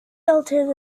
elton